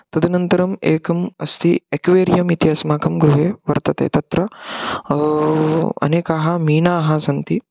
तदनन्तरम् एकम् अस्ति एक्वेरियम् इति अस्माकं गृहे वर्तते तत्र अनेकाः मीनाः सन्ति